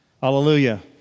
Hallelujah